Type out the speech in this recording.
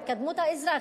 התקדמות האזרח,